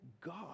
God